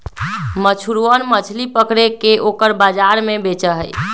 मछुरवन मछली पकड़ के ओकरा बाजार में बेचा हई